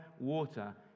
water